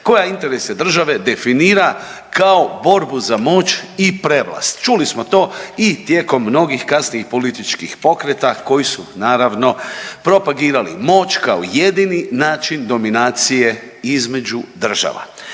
koja interese države definira kao borbu za moć i prevlast. Čuli smo to i tijekom mnogih kasnijih političkih pokreta koji su naravno propagirali moć kao jedini način dominacije između država.